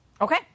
Okay